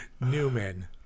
Newman